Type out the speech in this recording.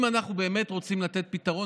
אם אנחנו רוצים לתת פתרון,